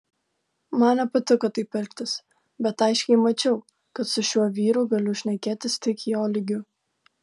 man nepatiko taip elgtis bet aiškiai mačiau kad su šiuo vyru galiu šnekėtis tik jo lygiu